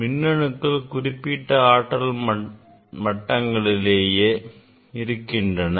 மின்னணுக்கள் குறிப்பிட்ட ஆற்றல் மட்டங்களிலேயே இருக்கின்றன